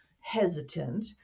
hesitant